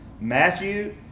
Matthew